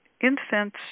incense